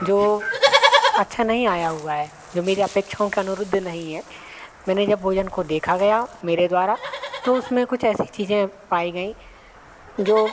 जो अच्छा नहीं आया हुआ है जो मेरी अपेक्षाओं के अनुरुद्ध नहीं है मैंने जब भोजन को देखा गया मेरे द्वारा तो उसमें कुछ ऐसी चीज़ें पाई गईं जो